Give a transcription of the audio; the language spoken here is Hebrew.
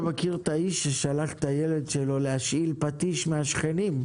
אתה מכיר את האיש ששלח את הילד שלו להשאיל פטיש מהשכנים?